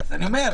אז אני אומר: